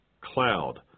cloud